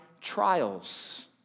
trials